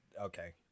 Okay